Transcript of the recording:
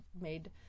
made